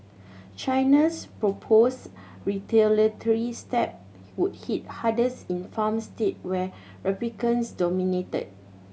China's proposed retaliatory step would hit hardest in farm states where Republicans dominate